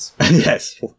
Yes